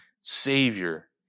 Savior